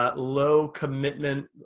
but low commitment,